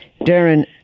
Darren